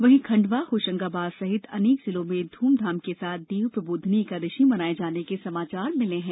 वहीं खंडवा होशंगाबाद जबलपुर सहित अनेक जिलों से धूमधाम के साथ देव प्रबोधनी एकादशी मनाये जाने के समाचार मिले हैं